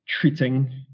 treating